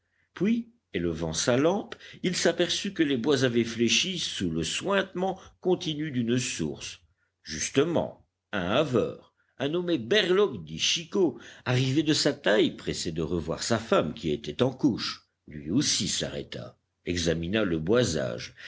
puis élevant sa lampe il s'aperçut que les bois avaient fléchi sous le suintement continu d'une source justement un haveur un nommé berloque dit chicot arrivait de sa taille pressé de revoir sa femme qui était en couches lui aussi s'arrêta examina le boisage